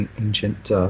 ancient